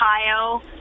Ohio